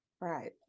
Right